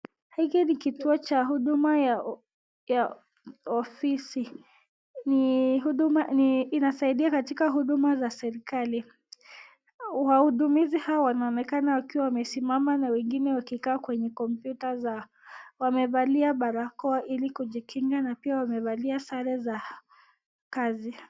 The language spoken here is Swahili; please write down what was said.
Hiki ni kituo cha huduma ya, ya ofisi, ni huduma ni, inasiadia katika huduma za kiserikali, wahudumizi hawa wanaonekana wakiwa wamesimama na wengine wakikaa kwenye kompyuta zao, wamevalia barakoa ili kujikinga na pia wamevalia sare za kazi.